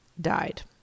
died